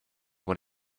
what